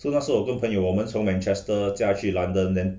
so 那时候我跟朋友我们从 manchester 驾去 london then